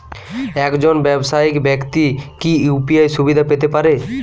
একজন ব্যাবসায়িক ব্যাক্তি কি ইউ.পি.আই সুবিধা পেতে পারে?